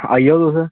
आई जा तोस र